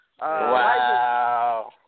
Wow